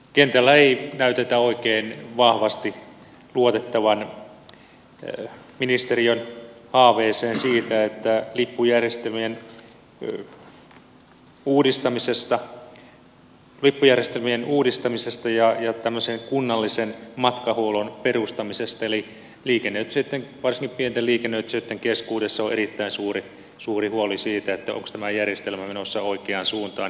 kentällä ei näytetä oikein vahvasti luotettavan ministeriön haaveeseen lippujärjestelmien uudistamisesta ja tämmöisen kunnallisen matkahuollon perustamisesta eli liikennöitsijöitten varsinkin pienten liikennöitsijöitten keskuudessa on erittäin suuri huoli siitä onko tämä järjestelmä menossa oikeaan suuntaan